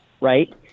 right